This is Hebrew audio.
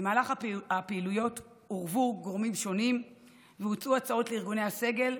במהלך הפעילויות עורבו גורמים שונים והוצעו הצעות לארגוני הסגל,